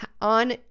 on